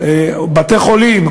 בתי-חולים,